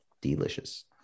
delicious